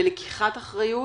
בלקיחת אחריות